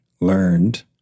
learned